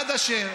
עד אשר